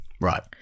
Right